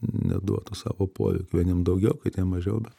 neduotų savo poveikio vieniem daugiau kitiem mažiau bet